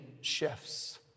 shifts